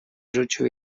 rzucił